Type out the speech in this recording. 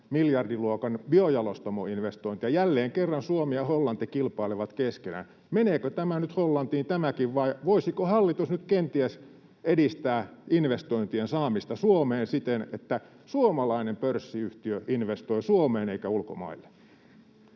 miljardiluokan bio-jalostamoinvestointia. Jälleen kerran Suomi ja Hollanti kilpailevat keskenään. Meneekö tämäkin nyt Hollantiin, vai voisiko hallitus nyt kenties edistää investointien saamista Suomeen siten, että suomalainen pörssiyhtiö investoi Suomeen eikä ulkomaille?